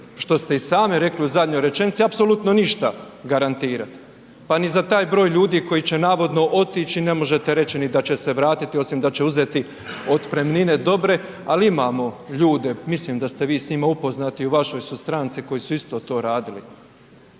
što ste i sami rekli u zadnjoj rečenici apsolutno ništa garantirati, pa ni za taj broj ljudi koji će navodno otići ne možete reći ni da će se vratiti osim da će uzeti otpremnine dobre, ali imamo ljude, mislim da ste vi s njima upoznati u vašoj su stranci koji su isto to radili.